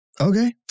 Okay